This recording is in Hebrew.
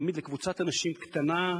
תמיד זה קבוצת אנשים קטנה,